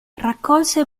raccolse